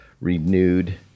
renewed